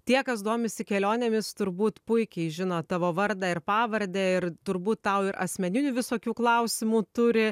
tie kas domisi kelionėmis turbūt puikiai žino tavo vardą ir pavardę ir turbūt tau ir asmeninių visokių klausimų turi